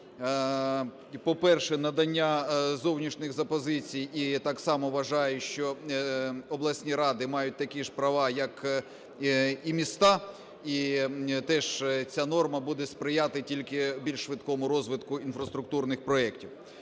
по-перше, надання зовнішніх запозичень. І так само вважаю, що обласні ради мають такі ж права, як і міста. І теж ця норма буде сприяти тільки більш швидкому розвитку інфраструктурних проектів.